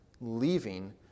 leaving